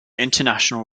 international